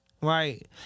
right